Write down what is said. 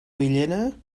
villena